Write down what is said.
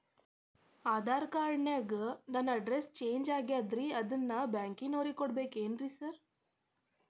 Aadhaar card ನ್ಯಾಗ ನನ್ address change ಆಗ್ಯಾದ ಅದನ್ನ ಬ್ಯಾಂಕಿನೊರಿಗೆ ಕೊಡ್ಬೇಕೇನ್ರಿ ಸಾರ್?